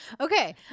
Okay